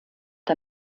der